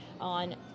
on